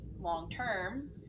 long-term